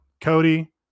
cody